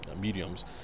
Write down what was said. mediums